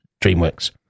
DreamWorks